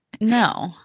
no